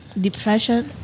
Depression